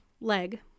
leg